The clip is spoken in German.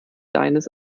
deines